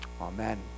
Amen